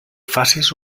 faces